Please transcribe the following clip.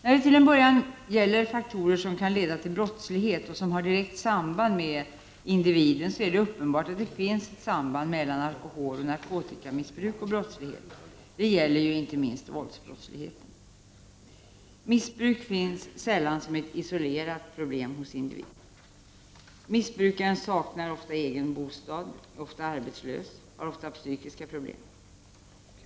När det till en början gäller faktorer som kan leda till brottslighet och som har direkt samband med individen är det uppbenbart att det finns ett samband mellan alkoholoch narkotikamissbruk och brottslighet. Detta gäller ju inte minst våldsbrottsligheten. Missbruk finns sällan som ett isolerat problem hos individen. Missbrukaren saknar ofta egen bostad, är ofta arbetslös och har ofta psykiska problem.